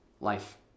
life